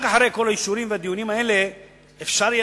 רק אחרי כל האישורים והדיונים האלה אפשר יהיה